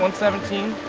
um seventeen.